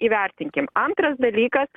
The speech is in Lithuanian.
įvertinkim antras dalykas